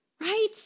right